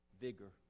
vigor